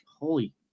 holy